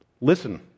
Listen